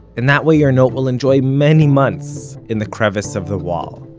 and that way your note will enjoy many months in the crevice of the wall